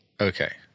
Okay